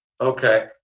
Okay